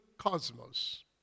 Cosmos